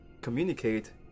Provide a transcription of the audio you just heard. communicate